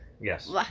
Yes